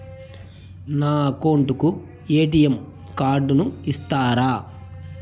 నా అకౌంట్ కు ఎ.టి.ఎం కార్డును ఇస్తారా